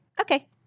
Okay